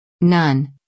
None